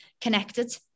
connected